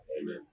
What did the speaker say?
Amen